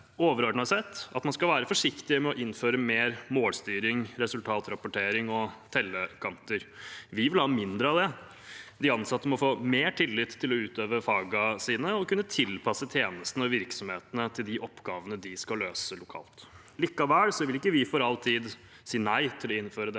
overordnet sett at man skal være forsiktig med å innføre mer målstyring, resultatrapportering og tellekanter. Vi vil ha mindre av det. De ansatte må få mer tillit til å utøve fagene sine og kunne tilpasse tjenestene og virksomhetene til de oppgavene de skal løse lokalt. Likevel vil vi ikke for all tid si nei til å innføre denne